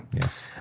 Yes